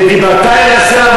ודיברת אל הסלע,